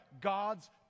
God's